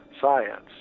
science